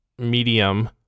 Medium